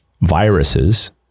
viruses